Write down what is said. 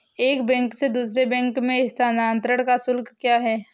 एक बैंक से दूसरे बैंक में स्थानांतरण का शुल्क क्या है?